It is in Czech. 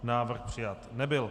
Návrh přijat nebyl.